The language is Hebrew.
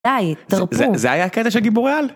די, תרפו. זה היה הקטע גיבורי על?